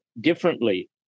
differently